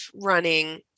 running